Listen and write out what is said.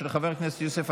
התשפ"ג 2023,